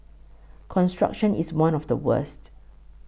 construction is one of the worst